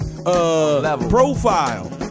Profile